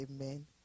Amen